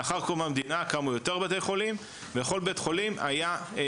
לאחר קום המדינה קמו יותר בתי חולים ובכל בית חולים הייתה